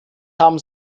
haben